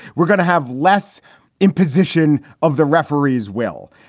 we're gonna have less imposition of the referees will.